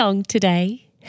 today